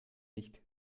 nicht